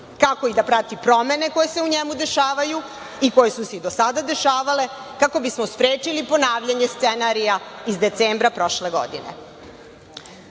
kako i da prati promene koje se u njemu dešavaju i koje su se i do sada dešavale kako bismo sprečili ponavljanje scenarija iz decembra prošle godine. Danas